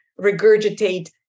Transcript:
regurgitate